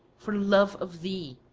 for love of thee,